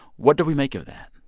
what do we make of that?